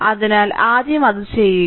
അതിനാൽ ആദ്യം അത് ചെയ്യുക